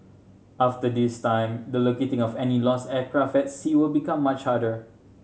after this time the locating of any lost aircraft at sea will become much harder